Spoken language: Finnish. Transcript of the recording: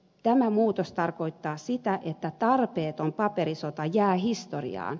tämä muutos tarkoittaa sitä että tarpeeton paperisota jää historiaan